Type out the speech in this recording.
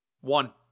One